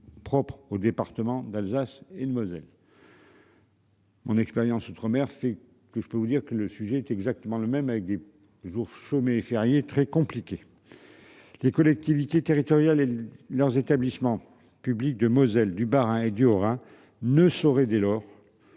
Propre au départements d'Alsace et de Moselle. Mon expérience outre-mer fait que je peux vous dire que le sujet est exactement le même avec des, des jours chômés et fériés très compliqué. Les collectivités territoriales et de leurs établissements publics de Moselle, du Bas-Rhin et du Haut-Rhin ne saurait dès lors.